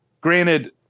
granted